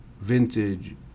vintage